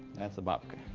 that's a babka.